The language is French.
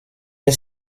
est